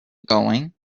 going